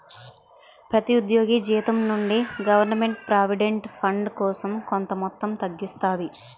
ప్రతి ఉద్యోగి జీతం నుండి గవర్నమెంట్ ప్రావిడెంట్ ఫండ్ కోసం కొంత మొత్తం తగ్గిస్తాది